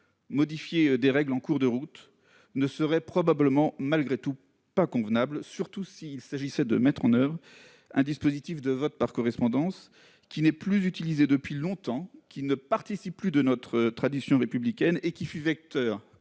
modifier des règles en cours de route ne serait probablement pas convenable, surtout s'il s'agissait de mettre en oeuvre un dispositif de vote par correspondance qui n'est plus utilisé depuis longtemps, qui ne participe plus de notre tradition républicaine et qui, lorsque